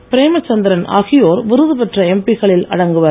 பிரேமசந்திரன் ஆகியோர் விருது பெற்ற எம்பி க்களில் அடங்குவர்